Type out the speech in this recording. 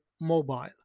mobile